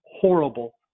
horrible